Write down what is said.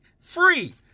Free